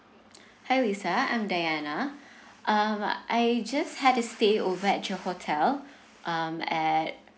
hi lisa i'm dayana um I just had to stay over at your hotel um at